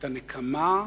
את הנקמה,